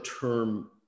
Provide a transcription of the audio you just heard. term